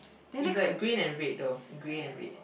is like green and red though green and red